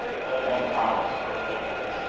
and at times from faintings.